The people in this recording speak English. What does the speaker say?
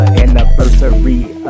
anniversary